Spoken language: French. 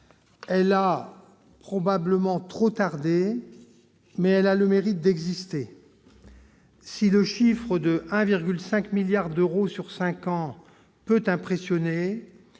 a probablement trop tardé, mais elle a le mérite d'exister. Si le chiffre de 1,5 milliard d'euros sur cinq ans peut impressionner,